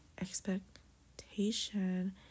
expectation